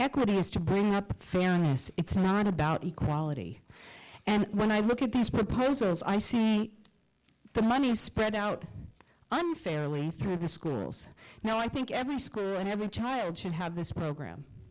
equity is to bring up fantasy it's not about equality and when i look at these proposals i see the money is spread out unfairly through the schools now i think every school and every child should have this program